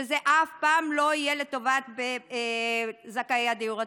שזה אף פעם לא יהיה לטובת זכאי הדיור הציבורי.